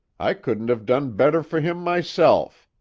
i couldn't have done better for him myself!